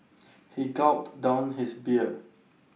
he gulped down his beer